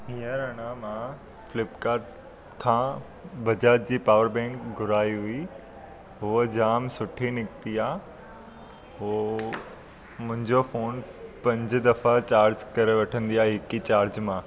हींअर अञा मां फ्लिपकाट था बजाज जी पावर बैंक घुराई हुई उहा जाम सुठी निकिती आहे उहो मुंहिंजो फ़ोन पंज दफ़ा चार्ज करे वठंदी आहे हिक ई चार्ज मां